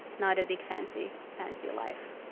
not a big fancy fancy life.